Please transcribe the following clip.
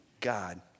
God